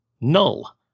Null